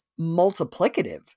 multiplicative